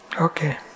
Okay